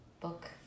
book